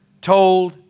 told